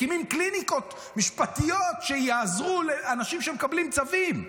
מקימים קליניקות משפטיות שיעזרו לאנשים שמקבלים צווים.